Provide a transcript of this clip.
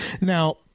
Now